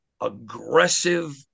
aggressive